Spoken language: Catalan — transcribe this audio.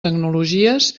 tecnologies